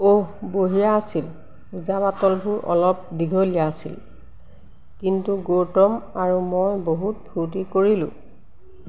অ'হ বঢ়িয়া আছিল পূজা পাতলবোৰ অলপ দীঘলীয়া আছিল কিন্তু গৌতম আৰু মই বহুত ফূৰ্তি কৰিলোঁ